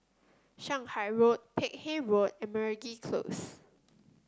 Shanghai Road Peck Hay Road and Meragi Close